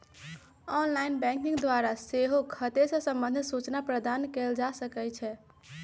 online banking द्वारा सेहो खते से संबंधित सूचना प्राप्त कएल जा सकइ छै